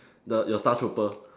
the your star trooper